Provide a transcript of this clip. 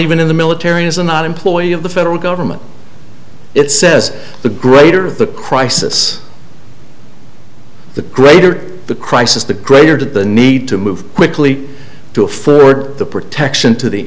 even in the military is a not employee of the federal government it says the greater the crisis the greater the crisis the greater the need to move quickly to refer the protection to the